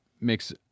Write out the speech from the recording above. makes